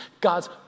God's